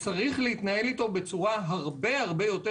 יש להתנהל איתו בצורה הרבה-הרבה יותר